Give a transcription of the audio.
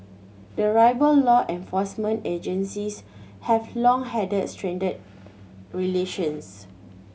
the rival law enforcement agencies have long had strained relations